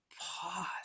pause